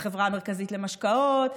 את החברה המרכזית למשקאות,